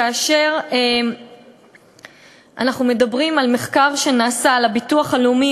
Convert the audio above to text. וכאשר אנחנו מדברים על מחקר שנעשה על-ידי הביטוח הלאומי,